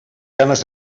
ganes